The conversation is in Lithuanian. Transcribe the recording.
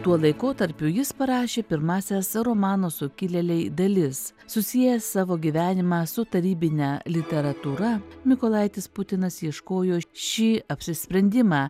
tuo laikotarpiu jis parašė pirmąsias romano sukilėliai dalis susiejęs savo gyvenimą su tarybine literatūra mykolaitis putinas ieškojo šį apsisprendimą